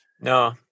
No